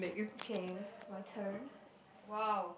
okay my turn !wow!